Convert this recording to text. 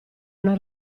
una